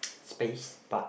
space but